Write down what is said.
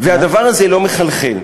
והדבר הזה לא מחלחל.